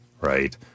right